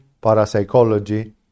parapsychology